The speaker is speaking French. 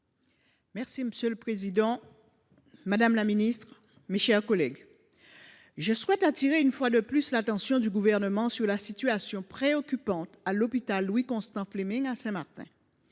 soins. Monsieur le président, madame la ministre, mes chers collègues, je souhaite attirer une fois de plus l’attention du Gouvernement sur la situation préoccupante à l’hôpital Louis Constant Fleming à Saint Martin.